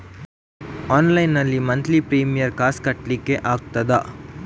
Online ನಲ್ಲಿ monthly premier ಕಾಸ್ ಕಟ್ಲಿಕ್ಕೆ ಆಗ್ತದಾ?